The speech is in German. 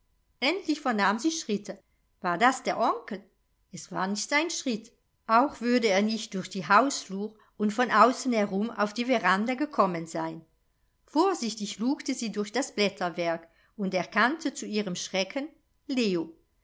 endlich vernahm sie schritte war das der onkel es war nicht sein schritt auch würde er nicht durch die hausflur und von außen herum auf die veranda gekommen sein vorsichtig lugte sie durch das blätterwerk und erkannte zu ihrem schrecken